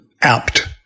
apt